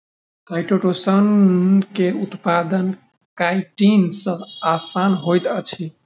chitosan के उत्पादन chitin सॅ आसान होइत अछि